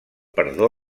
perdó